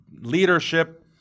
leadership